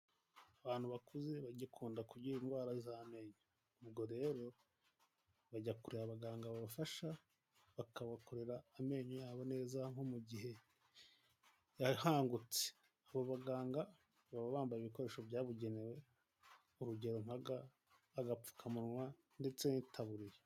Abantu bakuze bagikunda kugira indwara z'amenyo ubwo rero bajya kureba abaganga babafasha bakabakorera amenyo yabo neza nko mu gihe yahangutse abo baganga baba bambaye ibikoresho byabugenewe urugeroa NK' agapfukamunwa ndetse yitabuwe.